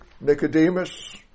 Nicodemus